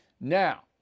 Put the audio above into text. Now